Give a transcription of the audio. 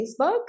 Facebook